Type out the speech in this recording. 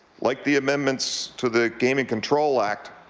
like the amendments to the gaming control act,